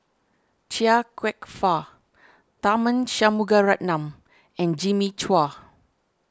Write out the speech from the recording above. Chia Kwek Fah Tharman Shanmugaratnam and Jimmy Chua